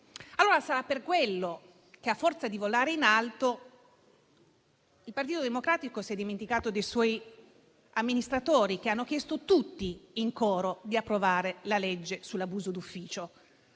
Allora sarà per quello che, a forza di volare in alto, il Partito Democratico si è dimenticato dei suoi amministratori che hanno chiesto tutti in coro di approvare la legge sull'abuso d'ufficio.